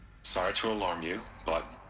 sorry to alarm you, but.